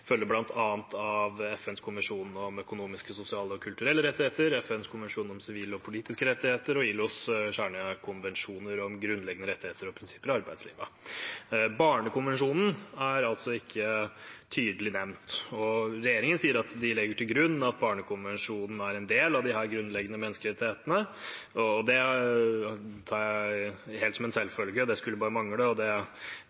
følger av bl.a. FNs konvensjon om økonomiske, sosiale og kulturelle rettigheter, FNs konvensjon om sivile og politiske rettigheter og ILOs kjernekonvensjoner om grunnleggende rettigheter og prinsipper i arbeidslivet. Barnekonvensjonen er altså ikke tydelig nevnt. Regjeringen sier at den legger til grunn at barnekonvensjonen er en del av disse grunnleggende menneskerettighetene, og det tar jeg helt som en